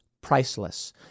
priceless